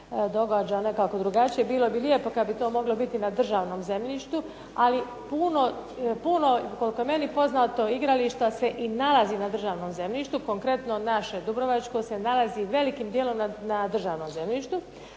događa nekako drugačije. Bilo bi lijepo kad bi to moglo biti na državnom zemljištu, ali puno, koliko je meni poznato igrališta se i nalazi na državnom zemljištu. Konkretno naše dubrovačko se nalazi velikim dijelom na državnom zemljištu,